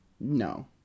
No